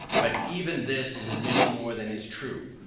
but even this is admitting more than is true,